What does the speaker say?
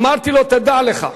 אמרתי לו, תדע לך,